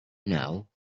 now